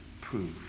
prove